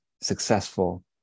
successful